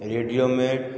radio में